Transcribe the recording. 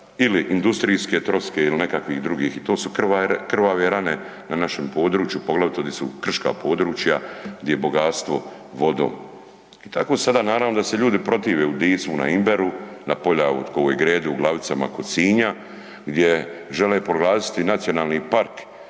ili industrijske, troske ili nekakvih druga, to su krvave rane na našem području, poglavito gdje su krška područja, gdje je bogatstvo vodom. Tako sada, naravno da se ljudi protive, .../Govornik se ne razumije./... na .../Govornik se ne razumije./... u Glavicama kod Sinja, gdje žele proglasiti nacionalni park